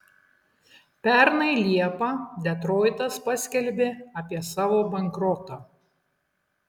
pernai liepą detroitas paskelbė apie savo bankrotą